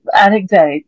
anecdote